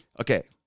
Okay